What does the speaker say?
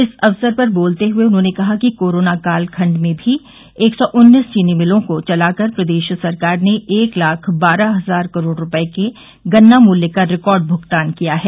इस अवसर पर बोलते हुए उन्होंने कहा कि कोरोना काल खंड में भी एक सौ उन्नीस चीनी मिलों को चलाकर प्रदेश सरकार ने एक लाख बारह हजार करोड़ रूपये के गन्ना मूल्य का रिकार्ड भुगतान किया है